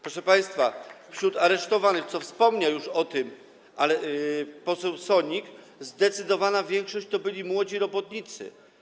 Proszę państwa, wśród aresztowanych - wspomniał już o tym poseł Sonik - zdecydowana większość to byli młodzi robotnicy.